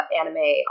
anime